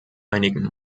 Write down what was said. einigen